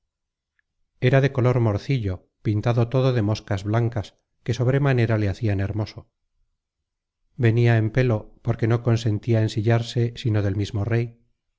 era de color morcillo pintado todo de moscas blancas que sobremanera le hacian hermoso venia en pelo porque no consentia ensillarse sino del mismo rey